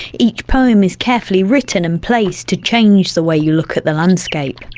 each poem is carefully written and placed to change the way you look at the landscape.